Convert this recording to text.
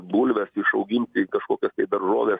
bulves išauginti kažkokias tai daržoves